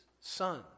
Son